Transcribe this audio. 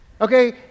Okay